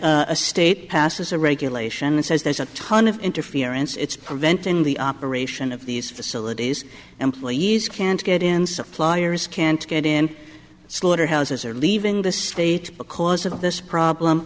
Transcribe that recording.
a state passes a regulation and says there's a ton of interference it's preventing the operation of these facilities employees can't get in suppliers can't get in slaughterhouses are leaving the state because of this problem